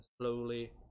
slowly